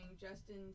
Justin